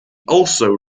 also